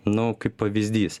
nu kaip pavyzdys